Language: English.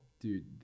Dude